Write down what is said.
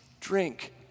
drink